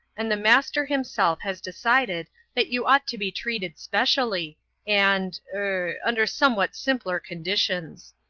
and the master himself has decided that you ought to be treated specially and er under somewhat simpler conditions.